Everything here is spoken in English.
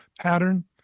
pattern